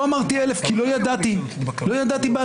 לא אמרתי 1,000, כי לא ידעתי, לא ידעתי בעל פה.